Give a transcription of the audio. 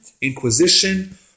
inquisition